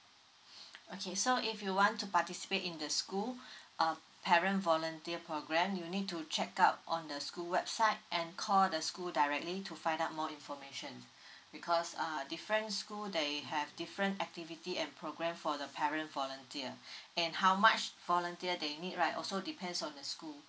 okay so if you want to participate in the school uh parent volunteer program you need to check out on the school website and call the school directly to find out more information because err different school that you have different activity and program for the parent volunteer and how much volunteer they need right also depends on the school